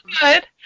good